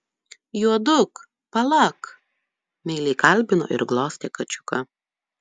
juoduk palak meiliai kalbino ir glostė kačiuką